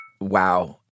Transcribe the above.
Wow